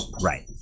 Right